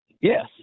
Yes